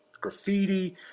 graffiti